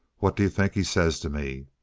what do you think he says to me?